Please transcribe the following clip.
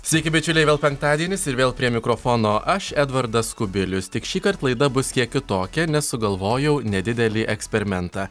sveiki bičiuliai vėl penktadienis ir vėl prie mikrofono aš edvardas kubilius tik šįkart laida bus kiek kitokia nes sugalvojau nedidelį eksperimentą